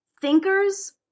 thinkers